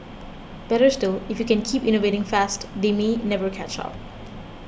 better still if you can keep innovating fast they may never catch up